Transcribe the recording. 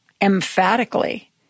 emphatically